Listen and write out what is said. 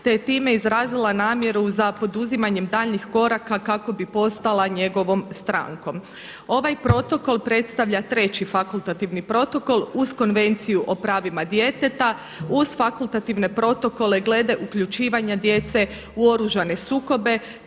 te je time izrazila namjeru za poduzimanjem daljnjih koraka kako bi postala njegovom strankom. Ovaj protokol predstavlja treći fakultativni protokol uz Konvenciju o pravima djeteta, uz fakultativne protokole glede uključivanja djece u oružane sukobe,